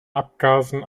abgasen